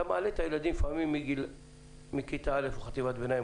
אתה מעלה את הילדים לפעמים מכיתה א' או חטיבת ביניים